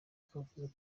kavuze